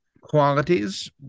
qualities